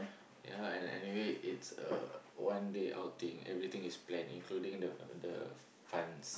ya and anyway it's a one day outing everything is planned including the the funds